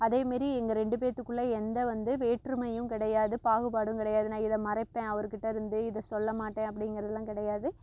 அதேமாரி எங்கள் ரெண்டு பேர்த்துக்குள்ள எந்த வந்து வேற்றுமையும் கிடையாது பாகுபாடும் கிடையாது நான் இதை மறைப்பேன் அவர் கிட்டேருந்து இதை சொல்லமாட்டேன் அப்படிங்கிறதெல்லாம் கிடையாது